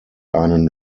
einen